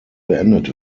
beendet